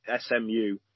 SMU